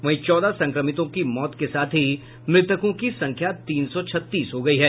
वहीं चौदह संक्रमितों की मौत के साथ ही मृतकों की संख्या तीन सौ छत्तीस हो गई है